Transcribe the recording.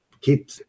keep